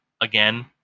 again